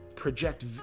Project